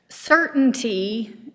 Certainty